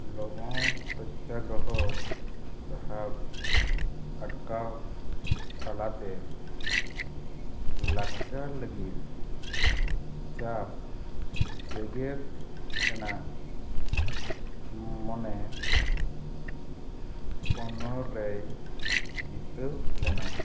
ᱞᱚᱵᱚᱱ ᱥᱚᱛᱛᱟᱜᱨᱚᱦᱚ ᱥᱟᱦᱟᱣ ᱟᱴᱠᱟᱣ ᱛᱟᱞᱟᱛᱮ ᱞᱟᱠᱪᱟᱨ ᱞᱟᱹᱜᱤᱫ ᱪᱟᱯ ᱡᱮᱜᱮᱫ ᱨᱮᱱᱟᱜ ᱢᱚᱱᱮ ᱚᱱᱚᱨ ᱨᱮᱭ ᱡᱤᱛᱟᱹᱣ ᱞᱮᱱᱟ